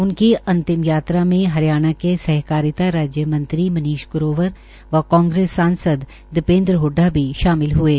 उनकी अंतिम यात्रा में हरियाणा के सहकारिता राज्य मंत्री मनीष ग्रोवर कांग्रेस सांसद दीपेन्द्र हडडा भी शामिल हये